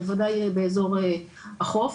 בוודאי באזור החוף.